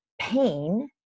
pain